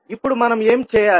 ఇప్పుడు మనం ఏమి చేయాలి